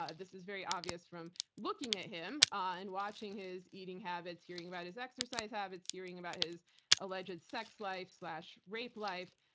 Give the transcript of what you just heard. ah this is very obvious from looking at him and watching his eating habits, hearing about his exercise habits, hearing about his alleged sex life rape life,